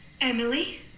Emily